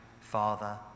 Father